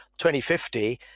2050